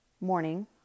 morning